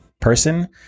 person